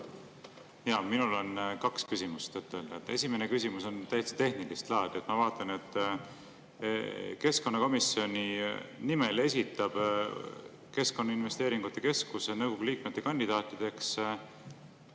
Minul on kaks küsimust tõtt-öelda. Esimene küsimus on täitsa tehnilist laadi. Ma vaatan, et keskkonnakomisjoni nimel esitab Keskkonnainvesteeringute Keskuse nõukogu liikme kandidaadid